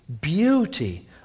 beauty